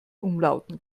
umlauten